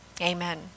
amen